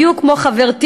בדיוק כמו חברתי,